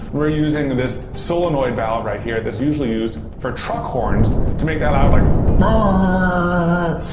we're using this solenoid valve right here that's usually used for truck horns, to make that loud like ah